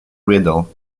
riddle